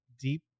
deep